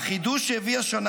"החידוש שהביא השנה